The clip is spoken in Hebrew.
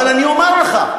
אבל אני אומר לך,